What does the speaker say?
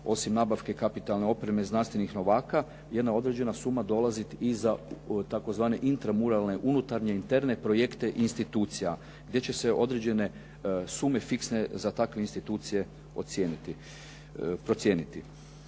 osim nabavke kapitalne opreme znanstvenih novaka jedna određena suma dolazi i za tzv. intramuralne, unutarnje, interne projekte institucija gdje će se određene sume fiksne za takve institucije ocijeniti,